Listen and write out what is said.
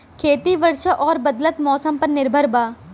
खेती वर्षा और बदलत मौसम पर निर्भर बा